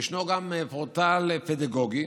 יש פורטל פדגוגי